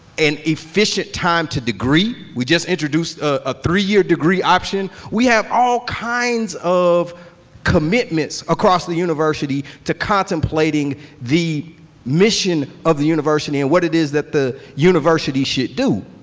an efficient time to degree. we just introduced a three year degree option. we have all kinds of commitments across the university to contemplating the mission of the university and what it is the university should do.